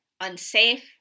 unsafe